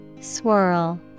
Swirl